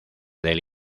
del